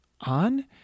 on